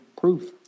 proof